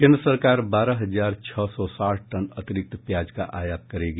केंद्र सरकार बारह हजार छह सौ साठ टन अतिरिक्त प्याज का आयात करेगी